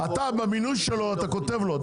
במינוי שלו אתה כותב לו: